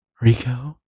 Rico